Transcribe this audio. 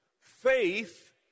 Faith